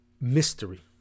mystery